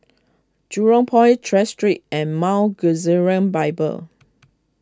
Jurong Port Tras Street and Mount Gerizim Bible